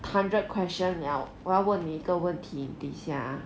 hundred question 了我要问你一个问题等一下 ah